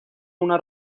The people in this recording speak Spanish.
una